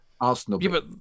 Arsenal